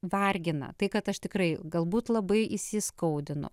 vargina tai kad aš tikrai galbūt labai įsiskaudinu